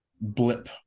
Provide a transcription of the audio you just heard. blip